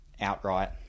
outright